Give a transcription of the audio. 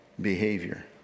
behavior